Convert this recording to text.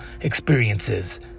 experiences